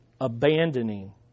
abandoning